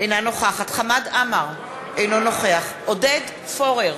אינה נוכחת חמד עמאר, אינו נוכח עודד פורר,